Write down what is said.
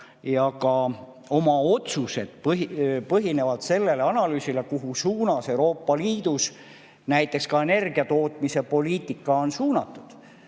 Ka nende otsused põhinevad sellel analüüsil, kuhu Euroopa Liidus näiteks energiatootmise poliitika on suunatud.